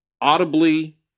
audibly